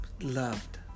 Loved